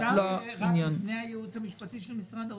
אפשר לפני הייעוץ המשפטי של משרד האוצר?